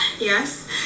Yes